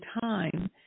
time